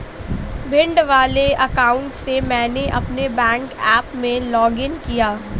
भिंड वाले अकाउंट से मैंने अपने बैंक ऐप में लॉग इन किया